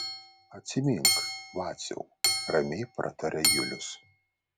atsimink vaciau ramiai prataria julius